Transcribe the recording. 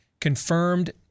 confirmed